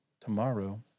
tomorrow